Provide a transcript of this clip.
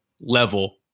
level